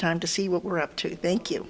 time to see what we're up to thank you